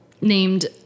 named